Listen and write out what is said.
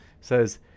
says